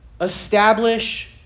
Establish